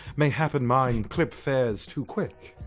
mayhap and myne clip fayres too quik?